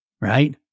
right